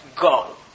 Go